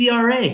CRA